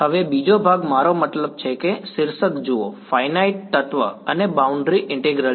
હવે બીજો ભાગ મારો મતલબ છે કે શીર્ષક જુઓ ફાઈનાઈટ તત્વ અને બાઉન્ડ્રી ઈન્ટીગ્રલ છે